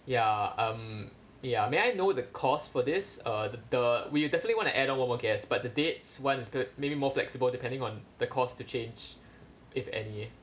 ya um ya may I know the cost for this uh the the we definitely want to add on one more guest but the dates one is good maybe more flexible depending on the cost to change if any